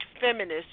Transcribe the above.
feminists